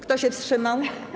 Kto się wstrzymał?